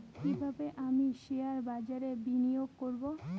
কিভাবে আমি শেয়ারবাজারে বিনিয়োগ করবে?